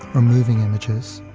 or moving images,